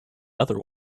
other